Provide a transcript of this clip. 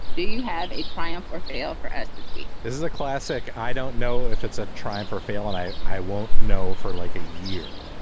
you you have a triumph or fail for us this week this is a classic. i don't know if it's a triumph or fail. and i i won't know for like a year.